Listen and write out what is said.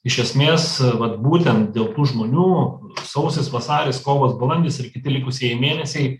iš esmės vat būtent dėl tų žmonių sausis vasaris kovas balandis ir kiti likusieji mėnesiai